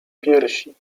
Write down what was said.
piersi